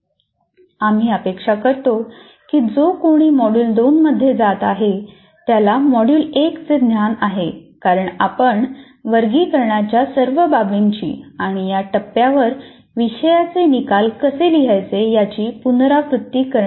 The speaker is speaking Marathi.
आम्ही अपेक्षा करतो की जो कोणी मॉड्यूल 2 मध्ये जात आहे त्याला मॉड्यूल 1 चे ज्ञान आहे कारण आपण वर्गीकरणाच्या सर्व बाबींची आणि या टप्प्यावर विषयाचे निकाल कसे लिहायचे याची पुनरावृत्ती करणार नाही